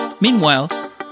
Meanwhile